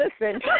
listen